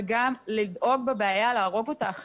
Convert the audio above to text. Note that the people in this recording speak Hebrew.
וגם "להרוג" את הבעיה עכשיו.